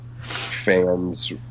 fans